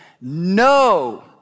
no